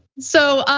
so,